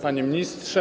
Panie Ministrze!